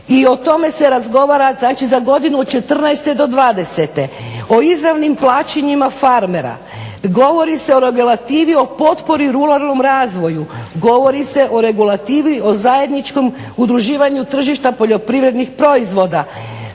i o tome se razgovara, znači za godinu '14.-20., o izravnim plaćanjima farmerima, govori se o regulativi o potpori ruralnom razvoju, govori se o regulativi o zajedničkom udruživanju tržišta poljoprivrednih proizvoda,